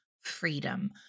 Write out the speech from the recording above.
freedom